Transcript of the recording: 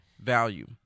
value